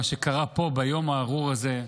מה שקרה פה ביום הארור הזה,